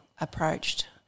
approached